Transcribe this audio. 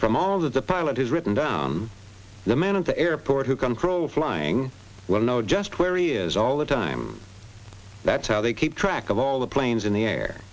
from all that the pilot has written down the man at the airport who control flying well know just where he is all the time that's how they keep track of all the planes in the air